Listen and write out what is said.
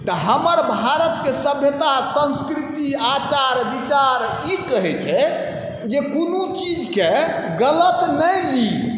तऽ हमर भारतके सभ्यता आओर संस्कृति आचार विचार ई कहै छै जे कोनो चीजके गलत नहि ली